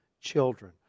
children